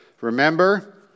Remember